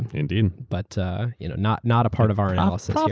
indeed. but you know not not a part of our analysis um